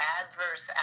adverse